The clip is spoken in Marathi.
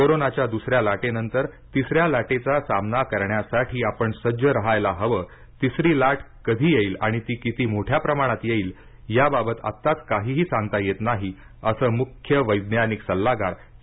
कोरोनाच्या द्सऱ्या लाटेनंतर तिसऱ्या लाटेचा सामना करण्यासाठी आपण सज्ज राहायला हवं तिसरी लाट कधी येईल आणि ती किती मोठ्या प्रमाणात येईल याबाबत आत्ताच काहीही सांगता येत नाही असं मुख्य वैज्ञानिक सल्लागार के